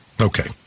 Okay